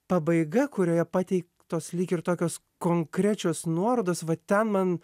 pabaiga kurioje pateiktos lyg ir tokios konkrečios nuorodos va ten man